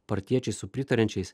partiečiais su pritariančiais